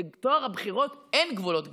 לטוהר הבחירות אין גבולות גזרה.